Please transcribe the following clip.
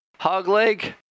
Hogleg